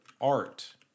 art